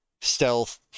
stealth